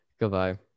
Goodbye